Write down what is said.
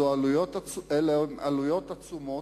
אלה עלויות עצומות,